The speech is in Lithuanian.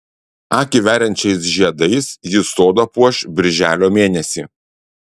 akį veriančiais žiedais ji sodą puoš birželio mėnesį